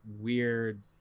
weird